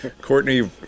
Courtney